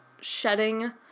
shedding